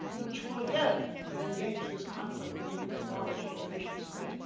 which will again engage this conflict between technology and the nation state.